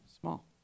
small